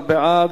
15 בעד,